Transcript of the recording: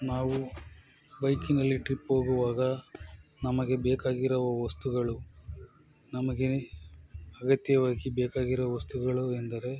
ನಾವು ಬೈಕಿನಲ್ಲಿ ಟ್ರಿಪ್ ಹೋಗುವಾಗ ನಮಗೆ ಬೇಕಾಗಿರೋ ವಸ್ತುಗಳು ನಮಗೆ ಅಗತ್ಯವಾಗಿ ಬೇಕಾಗಿರೊ ವಸ್ತುಗಳು ಎಂದರೆ